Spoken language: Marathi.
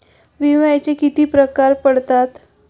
विम्याचे किती प्रकार पडतात?